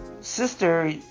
sister